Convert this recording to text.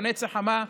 בהנץ החמה,